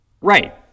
Right